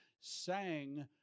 sang